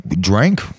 drank